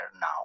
now